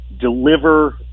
deliver